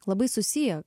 labai susiję